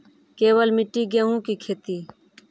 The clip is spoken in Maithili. केवल मिट्टी गेहूँ की खेती?